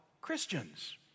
Christians